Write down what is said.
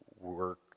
work